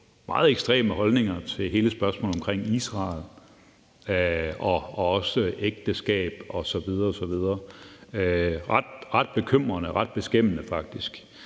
meget ekstreme holdninger til hele spørgsmålet omkring Israel og også ægteskab osv. osv. Det er ret bekymrende og ret beskæmmende, faktisk.